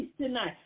tonight